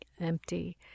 empty